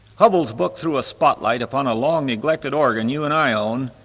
hubble's book threw a spotlight upon a long-neglected organ you and i own,